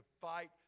fight